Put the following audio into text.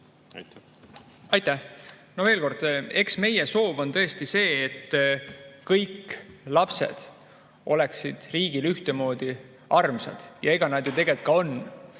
Aitäh! Veel kord, eks meie soov on tõesti see, et kõik lapsed oleksid riigile ühtemoodi armsad, ja nad ju tegelikult ka on.